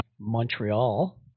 Montreal